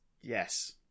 yes